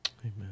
Amen